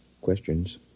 questions